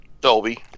Dolby